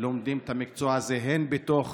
לומדים את המקצוע הזה הן בתוך